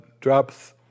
drops